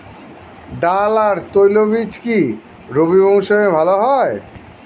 ডাল আর তৈলবীজ কি রবি মরশুমে ভালো হয়?